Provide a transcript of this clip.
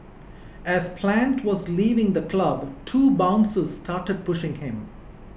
as Plant was leaving the club two bouncers started pushing him